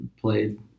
played